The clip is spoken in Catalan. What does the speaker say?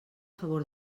favor